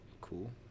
Cool